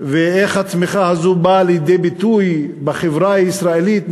ואיך הצמיחה הזאת באה לידי ביטוי בחברה הישראלית,